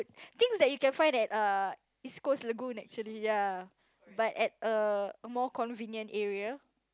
things that you can find at err East Coast Lagoon actually ya but at a more convenient area